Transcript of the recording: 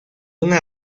una